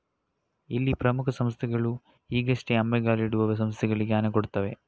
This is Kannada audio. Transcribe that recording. ಇಲ್ಲಿ ಪ್ರಮುಖ ಸಂಸ್ಥೆಗಳು ಈಗಷ್ಟೇ ಅಂಬೆಗಾಲಿಡುವ ಸಂಸ್ಥೆಗಳಿಗೆ ಹಣ ಕೊಡ್ತವೆ